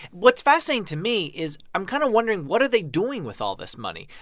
what's fascinating to me is i'm kind of wondering, what are they doing with all this money?